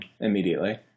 immediately